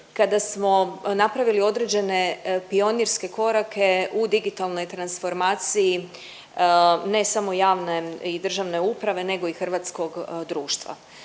kada smo napravili određene pionirske korake u digitalnoj transformaciji ne samo javne i državne uprave nego i hrvatskog društva.